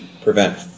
prevent